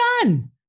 done